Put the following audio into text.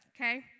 Okay